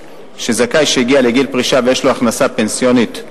שזכאי שהגיע לגיל פרישה ויש לו הכנסה פנסיונית,